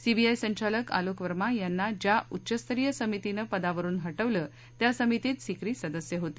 CBI संचालक आलोक वर्मा यांना ज्या उच्च स्तरीय समितीनं पदावरून हटवलं त्या समितीनं सीकरी सदस्य होते